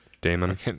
Damon